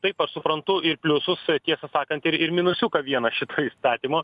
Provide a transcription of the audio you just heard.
taip aš suprantu ir pliusus tiesą sakant ir ir minusiuką vieną šito įstatymo